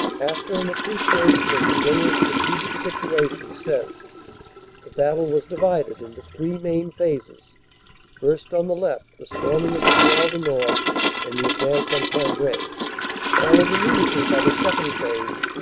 after an appreciation of the general strategic situation, says the battle was divided into three main phases first, on the left, the storming of the canal du nord and the advance on cambrai followed immediately by the second phase,